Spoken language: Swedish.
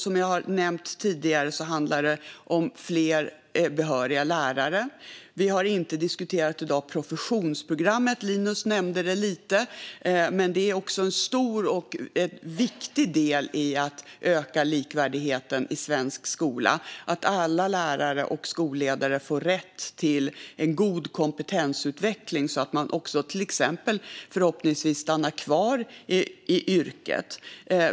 Som jag har nämnt tidigare handlar det om fler behöriga lärare. Vi har i dag inte diskuterat professionsprogrammet - Linus Sköld nämnde det något - som är en stor och viktig del i att öka likvärdigheten i svensk skola så att alla lärare och skolledare får rätt till en god kompetensutveckling. Då stannar de förhoppningsvis också kvar i yrket.